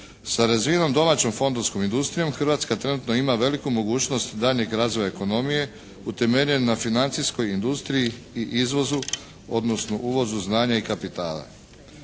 Sa razvijenom domaćom fondovskom industrijom Hrvatska trenutno ima veliku mogućnost daljnjeg razvoja ekonomije utemeljen na financijskoj industriji i izvozu, odnosno uvozu znanja i kapitala.